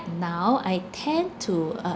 now I tend to uh